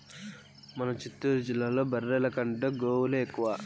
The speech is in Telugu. మన చిత్తూరు జిల్లాలో బర్రెల కంటే గోవులే ఎక్కువ